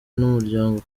n’umuryango